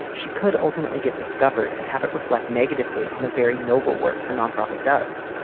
she could ultimately get discovered and have it reflect negatively on the very noble work her non-profit does.